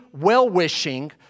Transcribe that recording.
well-wishing